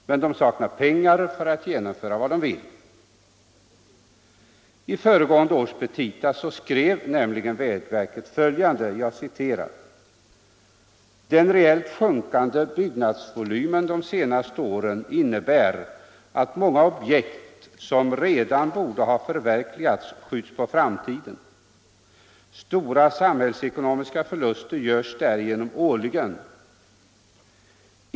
Men vägverket saknar medel för att genomföra vad det vill. I föregående års petita skrev vägverket följande: Den reellt sjunkande byggnadsvolymen de senaste åren innebär att många objekt som redan borde ha förverkligats skjuts på framtiden. Stora samhällsekonomiska förluster görs därigenom årligen.